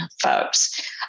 folks